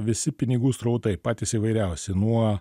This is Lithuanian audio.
visi pinigų srautai patys įvairiausi nuo